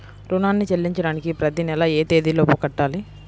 రుణాన్ని చెల్లించడానికి ప్రతి నెల ఏ తేదీ లోపు కట్టాలి?